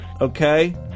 Okay